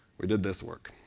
we did this work.